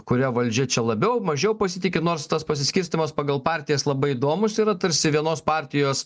kuria valdžia čia labiau mažiau pasitiki nors tas pasiskirstymas pagal partijas labai įdomus yra tarsi vienos partijos